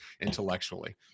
intellectually